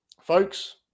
Folks